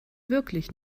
wirklich